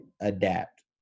adapt